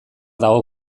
dago